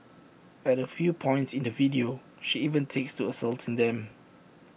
at A few points in the video she even takes to assaulting them